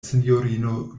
sinjorino